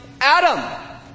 Adam